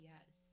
Yes